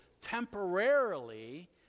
temporarily